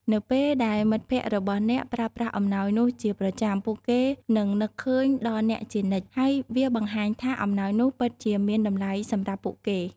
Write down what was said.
នៅពេលដែលមិត្តភក្តិរបស់អ្នកប្រើប្រាស់អំណោយនោះជាប្រចាំ ពួកគេនឹងនឹកឃើញដល់អ្នកជានិច្ច ហើយវាបង្ហាញថាអំណោយនោះពិតជាមានតម្លៃសម្រាប់ពួកគេ។